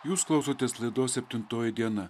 jūs klausotės laidos septintoji diena